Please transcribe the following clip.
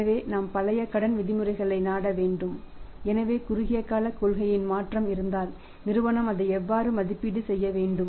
எனவே நாம் பழைய கடன் விதிமுறைகளை நாட வேண்டும் எனவே குறுகிய கால கொள்கையில் மாற்றம் இருந்தால் நிறுவனம் அதை எவ்வாறு மதிப்பீடு செய்ய வேண்டும்